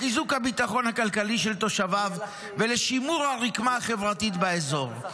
לחיזוק הביטחון הכלכלי של תושביו ולשימור הרקמה החברתית באזור.